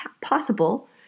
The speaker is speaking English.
possible